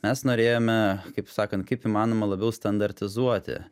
mes norėjome kaip sakant kaip įmanoma labiau standartizuoti